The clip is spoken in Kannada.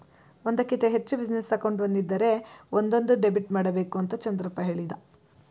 ಒಂದಕ್ಕಿಂತ ಹೆಚ್ಚು ಬಿಸಿನೆಸ್ ಅಕೌಂಟ್ ಒಂದಿದ್ದರೆ ಒಂದೊಂದು ಡೆಬಿಟ್ ಮಾಡಬೇಕು ಅಂತ ಚಂದ್ರಪ್ಪ ಹೇಳಿದ